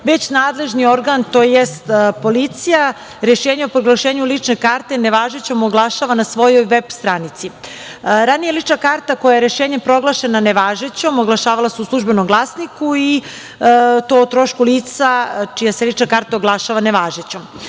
već nadležni organ, tj. policija, rešenje o proglašenju lične karte nevažećom oglašava na svojoj veb stranici. Ranije se lična karta koja je rešenjem proglašena nevažećom oglašava u "Službenom glasniku" i to o trošku lica čija se lična karta oglašava nevažećom.